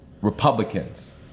Republicans